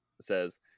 says